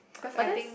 but that's